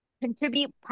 contribute